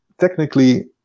Technically